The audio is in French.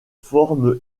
forme